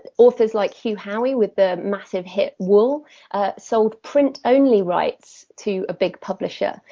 authors like hugh howey with the massive hit wool sold print only write to a big publisher.